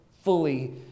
fully